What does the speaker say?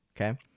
okay